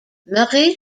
marie